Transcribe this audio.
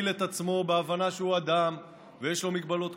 את עצמו בהבנה שהוא אדם ויש לו מגבלות כוח.